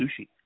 sushi